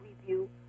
review